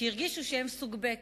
שהרגישו שהם סוג ב'.